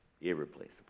irreplaceable